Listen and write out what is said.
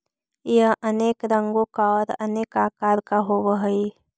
यह अनेक रंगों का और अनेक आकार का होव हई